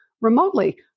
remotely